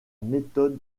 méthode